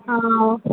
ஆ